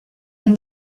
and